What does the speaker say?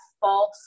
false